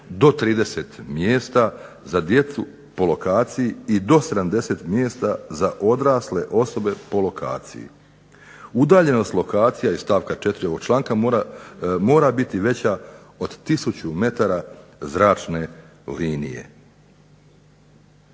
do 30 mjesta za djecu po lokaciji i do 70 mjesta za odrasle osobe po lokaciji. Udaljenost lokacija iz stavka 4. ovog članka mora biti veća od tisuću metara zračne linije.